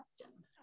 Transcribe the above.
question